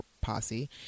posse